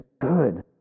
good